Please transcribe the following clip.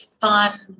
fun